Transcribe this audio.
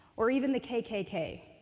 or even the kkk.